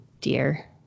dear